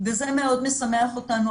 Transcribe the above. וזה מאוד משמח אותנו,